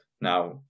Now